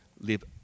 live